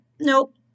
nope